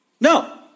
No